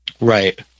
Right